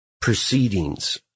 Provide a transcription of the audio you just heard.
proceedings